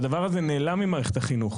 והדבר הזה נעלם ממערכת החינוך.